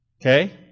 Okay